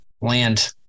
land